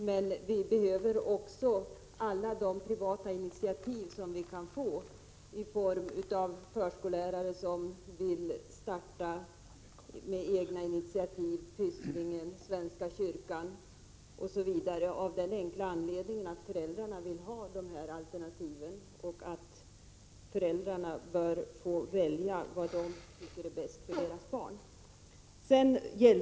Men vi behöver också alla de privata initiativ som vi kan få i form av förskolelärare som vill starta egna verksamheter, genom Pysslingen, Svenska kyrkan osv., av den enkla anledningen att föräldrarna vill ha dessa alternativ och att de själva bör få välja vad de tycker är bäst för sina barn.